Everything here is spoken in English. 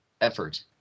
effort